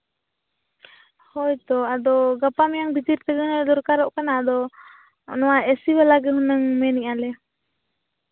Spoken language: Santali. ᱦᱳᱭ ᱛᱚ ᱟᱫᱚ ᱜᱟᱯᱟ ᱢᱮᱭᱟᱝ ᱵᱷᱤᱛᱤᱨ ᱛᱮᱜᱮ ᱫᱚᱨᱠᱟᱨᱚᱜ ᱠᱟᱱᱟ ᱟᱫᱚ ᱱᱚᱣᱟ ᱮᱥᱤ ᱵᱟᱞᱟᱜᱮ ᱦᱩᱱᱟᱹᱝ ᱢᱮᱱ ᱮᱜᱼᱟ ᱞᱮ